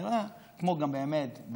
וגם באמת,